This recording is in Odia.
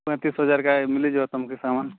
ପଇଁତିରିଶ ହଜାର କେ ମିଳିଯିବ ସାମାନ